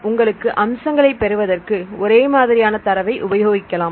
உங்களுக்கு அம்சங்களை பெறுவதற்கு ஒரே மாதிரியான தரவை உபயோகிக்கலாம்